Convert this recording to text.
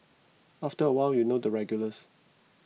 after a while you know the regulars